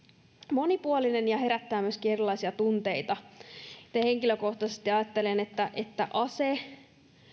monipuolinen ja herättää myöskin erilaisia tunteita itse henkilökohtaisesti ajattelen että että ase